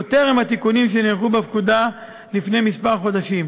עוד טרם התיקונים שנערכו בפקודה לפני כמה חודשים,